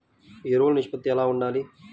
ఎరువులు నిష్పత్తి ఎలా ఉండాలి?